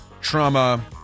trauma